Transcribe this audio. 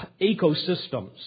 ecosystems